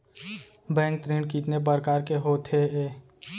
Bank ऋण कितने परकार के होथे ए?